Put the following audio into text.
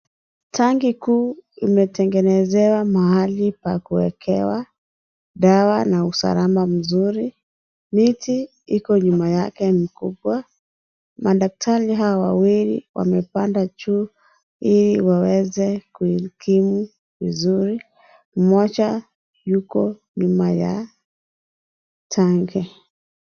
Rangi kuu imwtengenezewa mahali pa kuwekwa dawa na usakama mzuri. Miti Iko nyuma yake ni kubwa. Madaktari hao wawili wamepanda juu Ili waweze kuikimu vizuri. Mmoja yuko nyuma ya tangi.